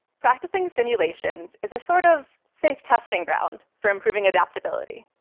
practicing simulations is a sort of safe testing ground for improving adaptability.